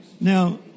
Now